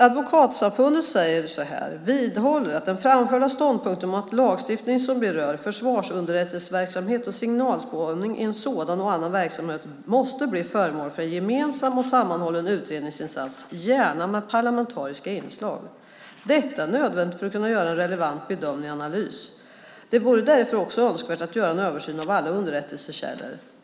Advokatsamfundet "vidhåller den tidigare framförda ståndpunkten om att lagstiftning som berör försvarsunderrättelseverksamhet och signalspaning i sådan och annan verksamhet måste bli föremål för en gemensam och sammanhållen utredningsinsats, gärna med parlamentariska inslag. Detta är nödvändigt för att kunna göra en relevant bedömning och analys. Det vore därför också önskvärt att göra en översyn av alla underrättelsekällor."